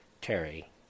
Terry